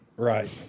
Right